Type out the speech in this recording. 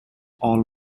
all